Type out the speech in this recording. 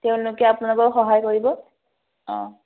তেওঁলোকে আপোনালোকক সহায় কৰিব অঁ